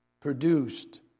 produced